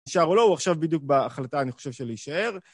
נשאר או לא הוא עכשיו בדיוק בהחלטה אני חושב שלהישאר.